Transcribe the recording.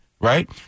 right